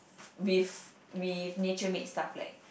with with nature made stuff like